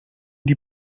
die